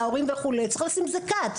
על קושי של ההורים וכולי, צריך לשים לזה סוף.